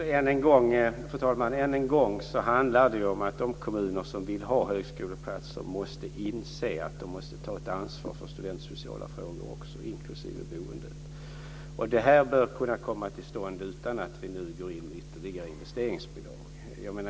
Fru talman! Än en gång handlar det ju om att de kommuner som vill ha högskoleplatser måste inse att de måste ta ett ansvar även för studentsociala frågor, inklusive boendet. Detta bör kunna komma till stånd utan att vi nu går in med ytterligare investeringsbidrag.